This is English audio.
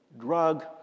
drug